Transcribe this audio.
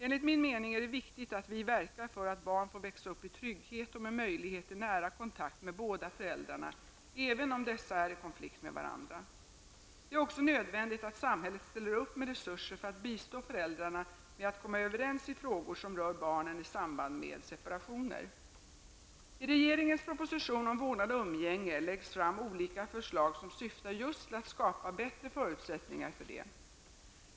Enligt min mening är det viktigt att vi verkar för att barn får växa upp i trygghet och med möjlighet till nära kontakt med båda föräldrarna även om dessa är i konflikt med varandra. Det är också nödvändigt att samhället ställer upp med resurser för att bistå föräldrarna med att komma överens i frågor som rör barnen i samband med separationer. I regeringens proposition om vårdnad och umgänge läggs fram olika förslag som syftar just till att skapa bättre förutsättningar.